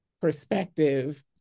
perspective